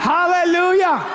Hallelujah